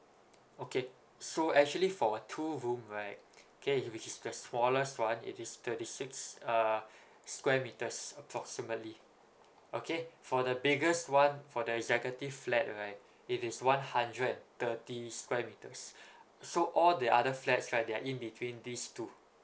okay so actually for a two room right okay which is the smallest one it is thirty six uh square meters approximately okay for the biggest one for the executive flat right it is one hundred thirty square meters so all the other flats right they are in between these two